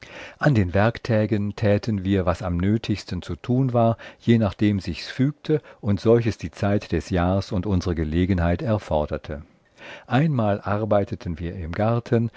an den werktägen täten wir was am nötigsten zu tun war je nachdem sichs fügte und solches die zeit des jahrs und unsre gelegenheit erforderte einmal arbeiteten wir im garten